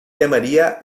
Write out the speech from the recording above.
llamaría